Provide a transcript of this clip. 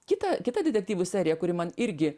kita kita detektyvų serija kuri man irgi